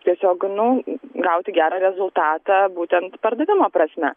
tiesiog nu gauti gerą rezultatą būtent pardavimo prasme